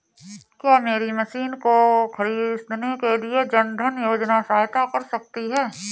क्या मेरी मशीन को ख़रीदने के लिए जन धन योजना सहायता कर सकती है?